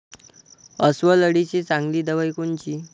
अस्वल अळीले चांगली दवाई कोनची?